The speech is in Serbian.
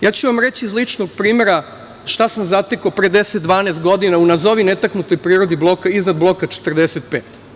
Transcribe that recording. Ja ću vam reći iz ličnog primera šta sam zatekao pre 10, 12 godina, u nazovi netaknutoj prirodi iznad Bloka 45.